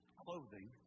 clothing